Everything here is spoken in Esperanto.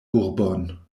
urbon